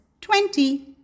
twenty